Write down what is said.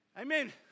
Amen